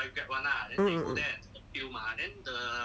mm